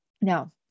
Now